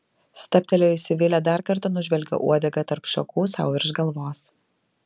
stabtelėjusi vilė dar kartą nužvelgė uodegą tarp šakų sau virš galvos